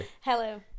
Hello